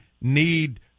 need